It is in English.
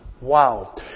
Wow